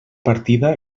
partida